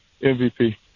MVP